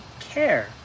care